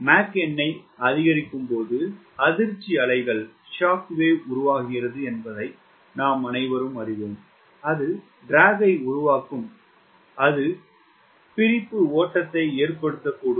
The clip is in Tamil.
நான் மாக் எண்ணை அதிகரிக்கும்போது அதிர்ச்சி அலை உருவாகிறது என்பதை நாம் அனைவரும் அறிவோம் அது ட்ராக்யை உருவாக்கும் அது பிரிப்பு ஓட்டத்தை ஏற்படுத்தக்கூடும்